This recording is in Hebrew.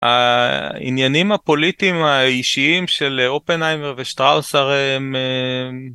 העניינים הפוליטיים האישיים של אופנייהמר ושטראוס הרי הם...